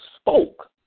spoke